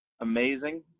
amazing